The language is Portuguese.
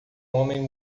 homem